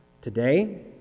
today